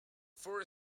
ford